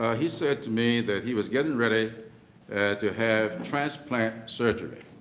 ah he said to me that he was getting ready to have transplant surgery,